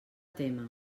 tema